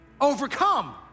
overcome